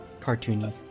cartoony